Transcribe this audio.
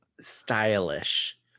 Stylish